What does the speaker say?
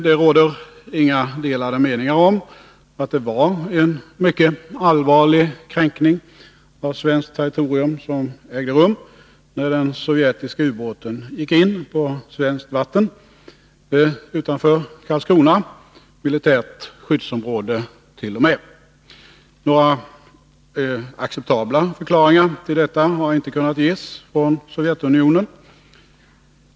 Det råder inga delade meningar om att det var en mycket allvarlig kränkning av svenskt territorium som ägde rum när den sovjetiska ubåten gick in på svenskt vatten utanför Karlskrona — militärt skyddsområde t.o.m. Några acceptabla förklaringar till detta har inte kunnat ges från Sovjetunionen.